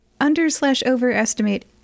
under-slash-overestimate